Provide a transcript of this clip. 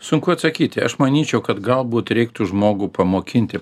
sunku atsakyti aš manyčiau kad galbūt reiktų žmogų pamokinti